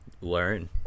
learn